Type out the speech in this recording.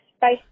Bye